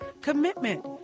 Commitment